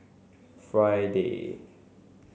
Friday